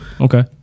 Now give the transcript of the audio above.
Okay